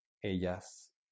ellas